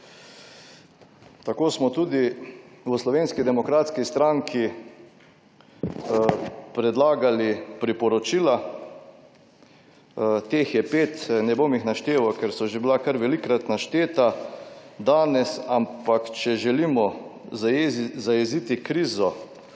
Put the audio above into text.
Tako smo tudi v Slovenski demokratski stranki predlagali priporočila. Teh je pet. Ne bom jih našteval, ker so bila že velikokrat našteta, danes, ampak če želimo zajezi krizo,